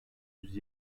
yüz